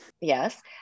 yes